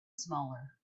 smaller